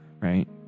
right